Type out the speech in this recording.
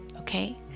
Okay